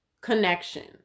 connection